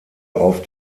auf